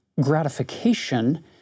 gratification